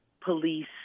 police